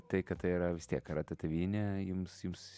tai kad tai yra vis tiek karatė tėvynė jums jums